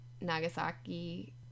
Nagasaki